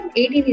18